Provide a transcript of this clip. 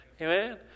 Amen